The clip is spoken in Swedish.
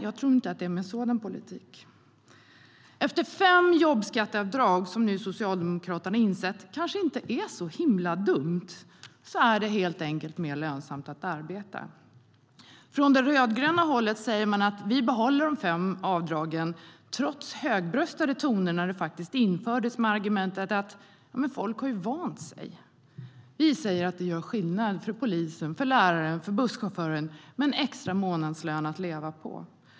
Jag tror inte att det är med en sådan politik. Vi säger att det gör skillnad för polisen, för läraren, för busschauffören, att få en extra månadslön att leva på.